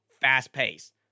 fast-paced